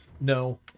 No